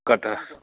कटहा